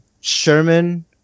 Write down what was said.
Sherman